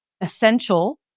essential